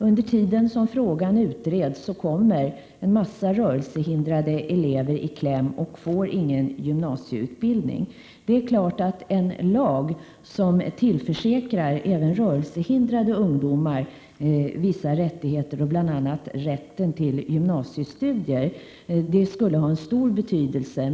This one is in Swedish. Under tiden som frågan utreds kommer många rörelsehindrade elever i kläm, och de får inte någon gymnasieutbildning. Det är klart att en lag som tillförsäkrar även rörelsehindrade ungdomar vissa rättigheter, bl.a. rätten till gymnasiestudier, skulle ha stor betydelse.